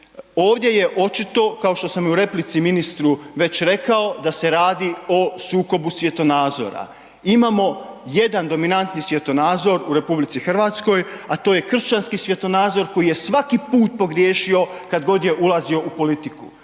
Ovdje je očito, kao što sam i u replici ministru već rekao da se radi o sukobu svjetonazora. Imamo jedan dominantni svjetonazor u RH, a to je kršćanski svjetonazor koji je svaki put pogriješio kad god je ulazio u politiku,